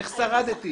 איך שרדתי?